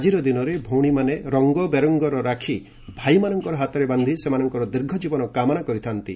ଆଜିର ଦିନରେ ଭଉଣୀମାନେ ରଙ୍ଗବେରଙ୍ଗର ରାକ୍ଷୀ ଭାଇମାନଙ୍କର ହାତରେ ବାନ୍ଧି ସେମାନଙ୍କର ଦୀର୍ଘଜୀବନ କାମନା କରିଥାନ୍ତି